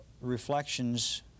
reflections